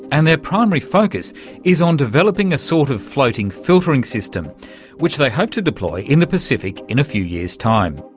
and their primary focus is on developing a sort of floating filtering system which they hope to deploy in the pacific in a few years' time.